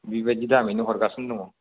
बेबादि दामैनो हरगासिनो दङ